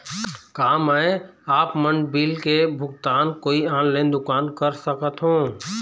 का मैं आपमन बिल के भुगतान कोई ऑनलाइन दुकान कर सकथों?